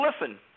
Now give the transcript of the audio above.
listen